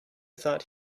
thought